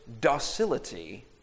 docility